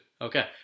Okay